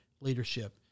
leadership